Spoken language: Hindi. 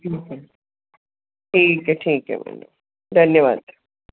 ठीक है ठीक है ठीक है मैम धन्यवाद